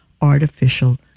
artificial